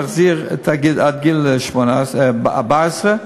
להחזיר עד גיל 14,